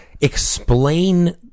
explain